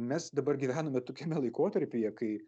mes dabar gyvename tokiame laikotarpyje kai